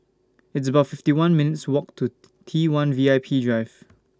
It's about fifty one minutes' Walk to T one V I P Drive